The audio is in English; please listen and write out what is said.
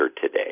today